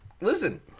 Listen